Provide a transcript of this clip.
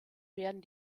werden